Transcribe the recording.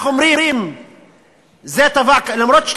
למרות,